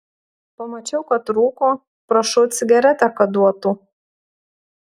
pamačiau kad rūko prašau cigaretę kad duotų